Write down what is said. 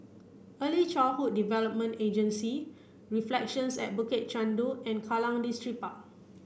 Early Childhood Development Agency Reflections at Bukit Chandu and Kallang Distripark